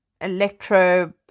electro